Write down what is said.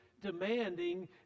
demanding